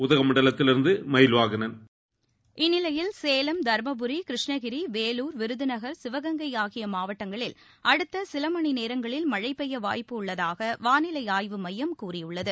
உதகமண்டலத்திலிருந்து மயில்வாகனன் இந்நிலையில் சேலம் தருமபுரி கிருஷ்ணகிரி வேலூர் விருதநகர் சிவகங்கை ஆகிய மாவட்டங்களில் அடுத்த சில மணி நேரங்களில் மழை பெய்ய வாய்ப்பு உள்ளதாக வானிலை ஆய்வு மையம் கூறியுள்ளது